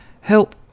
help